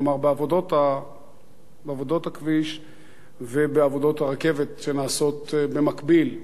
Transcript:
כלומר בעבודות הכביש ובעבודות הרכבת שנעשות במקביל.